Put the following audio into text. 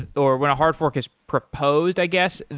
ah or when a hard fork is proposed, i guess,